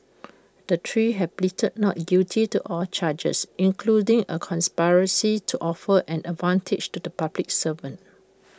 the three have pleaded not guilty to all charges including A conspiracy to offer an advantage to the public servant